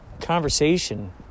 Conversation